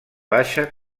baixa